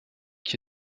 qui